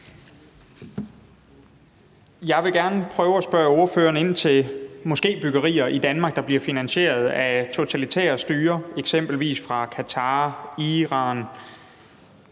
Jeg vil gerne prøve at spørge den radikale ordfører ind til moskébyggerier i Danmark, der bliver finansieret af totalitære styrer, eksempelvis fra Qatar, Iran,